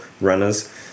runners